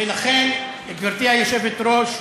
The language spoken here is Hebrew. ולכן, גברתי היושבת-ראש,